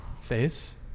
Face